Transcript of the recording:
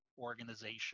organization